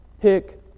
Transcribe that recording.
pick